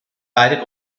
beide